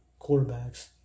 quarterbacks